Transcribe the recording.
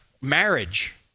marriage